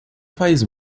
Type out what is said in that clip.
faz